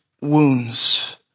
wounds